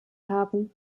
haben